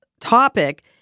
topic